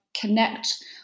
connect